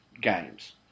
games